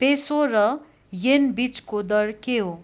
peso र yen बिचको दर के हो